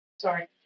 Sorry